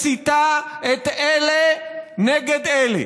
מסיתה את אלה נגד אלה.